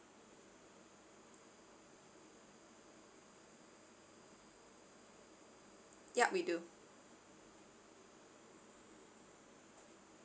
yup we do